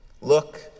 Look